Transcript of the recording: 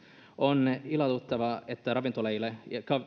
on ilahduttavaa että ravintoloille ja